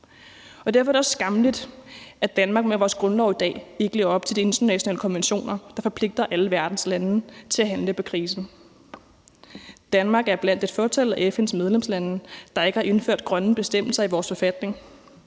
Derfor er det også skammeligt, at vi i Danmark med vores grundlov i dag ikke lever op til de internationale konventioner, der forpligter alle verdens lande til at handle på krisen. Danmark er blandt et fåtal af FN's medlemslande, der ikke har indført grønne bestemmelser i deres forfatning.